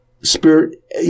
spirit